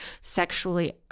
sexually